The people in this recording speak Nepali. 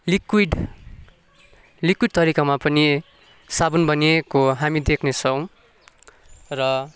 लिकुइड लिकुइड तरिकामा पनि साबुन बनिएको हामी देख्नेछौँ र